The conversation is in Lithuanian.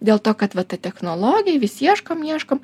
dėl to kad va ta technologija vis ieškom ieškom